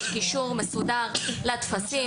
יש אישור מסודר לטפסים,